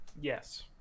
Yes